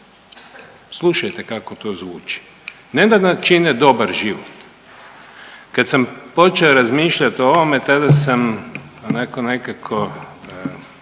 Slušajte kako to zvuči. Ne da nam čine dobar život. Kad sam počeo razmišljati o ovome tada sam onako